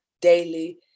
daily